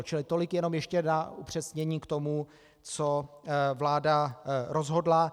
Čili tolik jenom ještě na upřesnění k tomu, co vláda rozhodla.